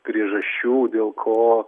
priežasčių dėl ko